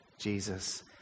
Jesus